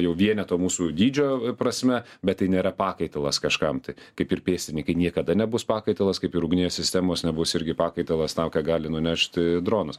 jau vieneto mūsų dydžio prasme bet tai nėra pakaitalas kažkam tai kaip ir pėstininkai niekada nebus pakaitalas kaip ir ugnies sistemos nebus irgi pakaitalas tam ką gali nunešti dronas